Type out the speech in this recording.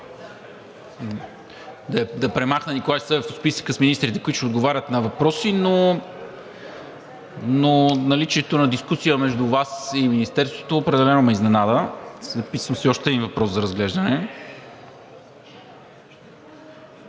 да премахна Николай Събев от списъка с министрите, които ще отговарят на въпроси, но наличието на дискусия между Вас и Министерството определено ме изненада. Записвам си още един въпрос за разглеждане.